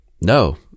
No